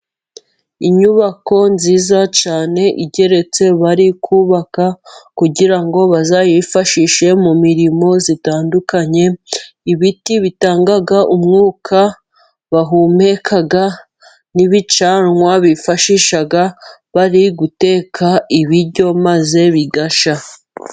Inyubako nziza cyane igeretse bari kubaka, kugira ngo bazayifashishe mu mirimo itandukanye, ibiti bitanga umwuka bahumeka, n'ibicanwa bifashisha bari guteka ibiryo maze bigashya.